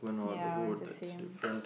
ya it's the same